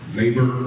labor